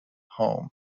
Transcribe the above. home